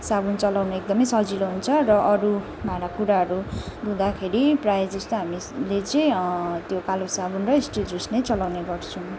साबुन चलाउन एकदमै सजिलो हुन्छ र अरू भाँडाकुँडाहरू धुँदाखेरि प्रायः जस्तो हामीले चाहिँ त्यो कालो साबुन र स्टिल झुट नै चलाउने गर्छौँ